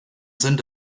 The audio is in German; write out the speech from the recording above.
sind